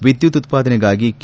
ವಿದ್ಯುತ್ ಉತ್ಪಾದನೆಗಾಗಿ ಕೆ